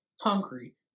Hungry